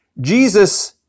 Jesus